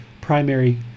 primary